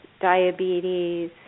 diabetes